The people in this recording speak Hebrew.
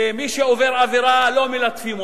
ומי שעובר עבירה לא מלטפים אותו.